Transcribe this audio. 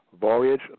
Voyage